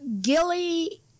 Gilly